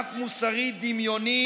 רף מוסרי דמיוני,